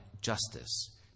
justice